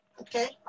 Okay